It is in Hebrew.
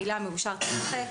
המילה "מאושר" תימחק.